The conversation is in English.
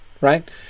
right